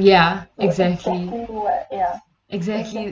ya exactly exactly